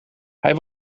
hij